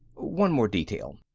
one more detail.